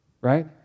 right